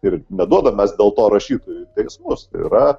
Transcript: ir neduodam mes dėl to rašytojų į teismus tai yra